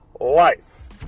life